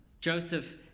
Joseph